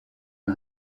une